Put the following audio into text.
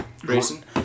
Grayson